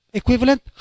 equivalent